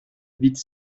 vite